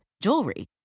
jewelry